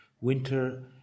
winter